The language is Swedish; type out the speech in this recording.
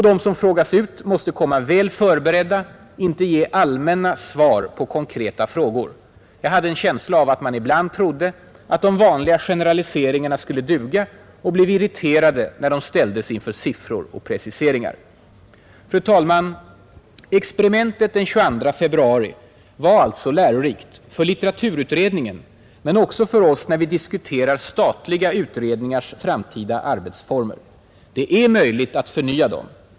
De som frågas ut måste komma väl förberedda, inte ge allmänna svar på konkreta frågor. Jag hade en känsla av att man ibland trodde att de vanliga generaliseringarna skulle duga och blev irriterad när man ställdes inför siffror och preciseringar. Fru talman! Experimentet den 22 februari var alltså lärorikt: för litteraturutredningen men också för oss när vi diskuterar statliga utredningars framtida arbetsformer. Det är möjligt att förnya dem.